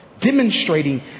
Demonstrating